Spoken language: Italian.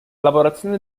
lavorazione